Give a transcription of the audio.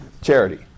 charity